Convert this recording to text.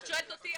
את שואלת אותי,